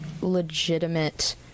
legitimate